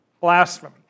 blasphemy